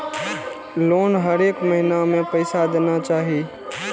Loan हरेक महीना में पैसा देना चाहि?